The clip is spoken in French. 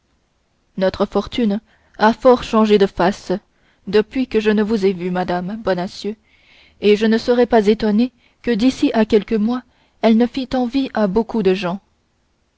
notre fortune a fort changé de face depuis que je vous ai vue madame bonacieux et je ne serais pas étonné que d'ici à quelques mois elle ne fît envie à beaucoup de gens